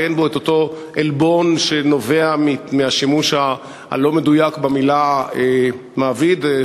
ואין בו את אותו עלבון שנובע מהשימוש הלא-מדויק במילה מעביד.